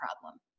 problem